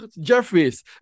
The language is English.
Jeffries